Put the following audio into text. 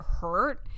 hurt